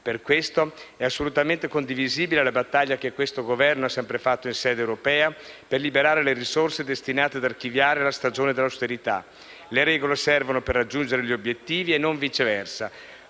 Per questo è assolutamente condivisibile la battaglia che questo Governo ha sempre fatto in sede europea per liberare le risorse destinate ad archiviare la stagione dell'austerità: le regole servono per raggiungere gli obiettivi e non viceversa.